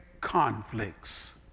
conflicts